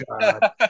god